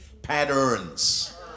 patterns